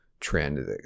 trend